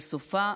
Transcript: אל סופה,